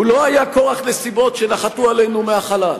הוא לא היה כורח נסיבות שנחתו עלינו מהחלל.